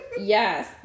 Yes